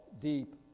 deep